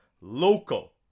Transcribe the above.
local